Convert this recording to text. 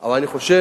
אבל אני חושב,